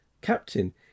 captain